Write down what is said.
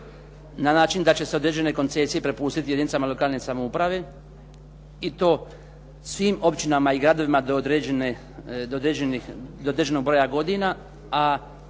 na način da će se određene koncesije prepustiti jedinicama lokalne samouprave i to svim općinama i gradovima do određenog broja godina,